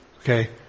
Okay